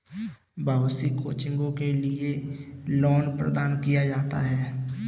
बहुत सी कोचिंग के लिये लोन प्रदान किया जाता है